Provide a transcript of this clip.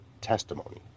testimony